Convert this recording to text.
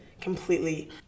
completely